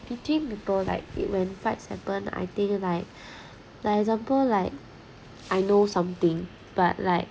beating people like it when fights happen I think like like example like I know something but like